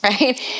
Right